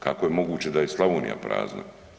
Kako je moguće da je Slavonija prazna?